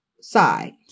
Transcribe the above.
side